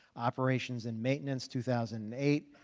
operations and maintenance two thousand and eight,